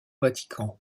vatican